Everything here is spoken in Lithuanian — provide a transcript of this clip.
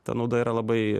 ta nauda yra labai